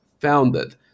founded